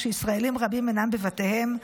כשישראלים רבים אינם בבתיהם,